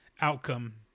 outcome